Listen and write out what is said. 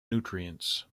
nutrients